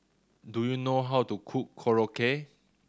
do you know how to cook Korokke